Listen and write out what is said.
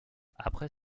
après